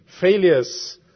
failures